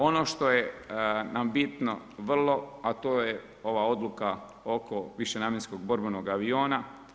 Ono što je nama bitno vrlo, a to je ova odluka oko višenamjenskog borbenog aviona.